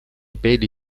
peli